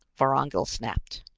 vorongil snapped.